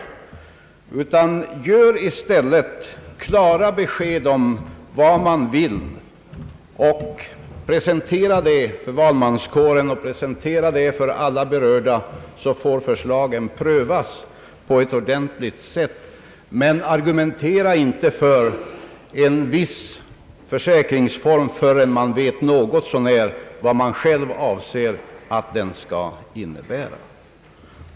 Nej, man skall i stället ge klara besked om vad man vill och presentera det för valmanskåren och alla berörda, så att förslagen kan prövas ordentligt. Men argumentera inte för en viss försäkringsform förrän man något så när vet vad man själv avser att den skall innebära!